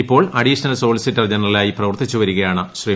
ഇപ്പോൾ additional solicitor ജനറലായി പ്രവർത്തിച്ചുവരികയാണ് ശ്രീ